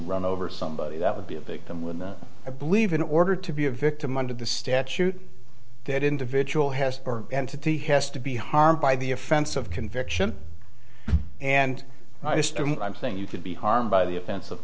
run over somebody that would be a victim when i believe in order to be a victim under the statute that individual has entity has to be harmed by the offense of conviction and i just i'm saying you could be harmed by the offens